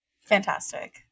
Fantastic